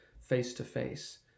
face-to-face